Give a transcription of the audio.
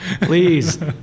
Please